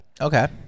Okay